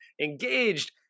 engaged